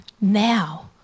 now